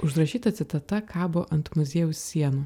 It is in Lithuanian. užrašyta citata kabo ant muziejaus sienų